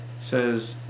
says